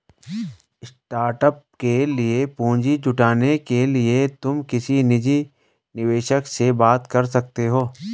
startup के लिए पूंजी जुटाने के लिए तुम किसी निजी निवेशक से बात कर सकते हो